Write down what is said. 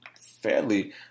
fairly